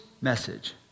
message